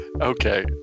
Okay